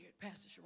Pastor